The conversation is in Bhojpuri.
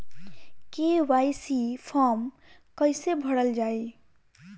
के.वाइ.सी फार्म कइसे भरल जाइ?